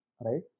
right